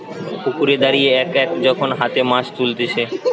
পুকুরে দাঁড়িয়ে এক এক যখন হাতে মাছ তুলতিছে